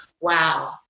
wow